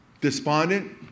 despondent